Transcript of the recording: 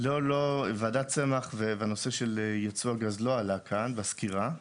ועדת צמח בנושא של יצוא הגז לא עלה כאן בסקירה.